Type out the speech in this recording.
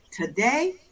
today